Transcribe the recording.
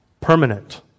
Permanent